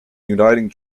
uniting